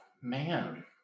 man